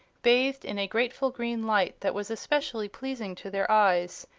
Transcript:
bathed in a grateful green light that was especially pleasing to their eyes,